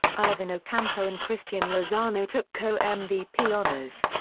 alvin ocampo and christian lozano took co-mvp honors.